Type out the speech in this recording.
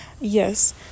Yes